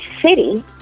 city